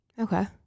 Okay